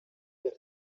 per